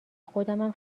خودمم